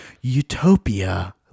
utopia